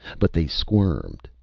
but they squirmed.